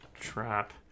Trap